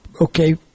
okay